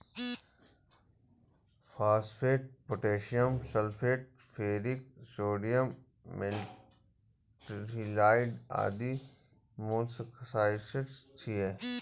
phosphate, potassium sulphate, ferric sodium, metaldehyde आदि molluscicides छियै